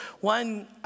One